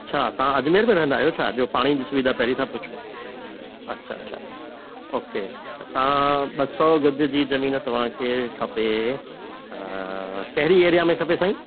अच्छा तव्हां अजमेर में रहंदा आहियो छा जो पाणी जी सुविधा पहिरीं था पुछो अच्छा अच्छा ओके त तव्हां ॿ सौ गज़ जी जमीन तव्हांखे खपे अ केहिड़ी एरिया में खपे साईं